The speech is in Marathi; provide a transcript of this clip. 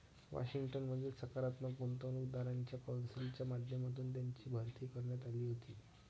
वॉशिंग्टन मधील संस्थात्मक गुंतवणूकदारांच्या कौन्सिलच्या माध्यमातून त्यांची भरती करण्यात आली होती